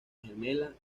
gemela